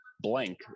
blank